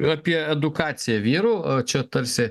apie edukaciją vyrų čia tarsi